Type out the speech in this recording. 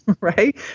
right